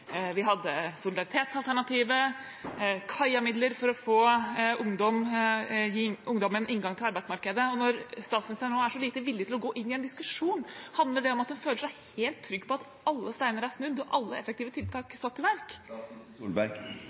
vi hadde solidaritetsalternativet, vi hadde KAJA-midler for å gi ungdom inngang til arbeidsmarkedet. Når statsministeren nå er så lite villig til å gå inn i en diskusjon, handler det om at hun føler seg helt trygg på at alle steiner er snudd og alle effektive tiltak er satt i verk?